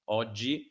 oggi